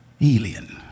alien